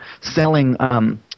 selling